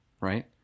right